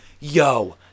yo